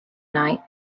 night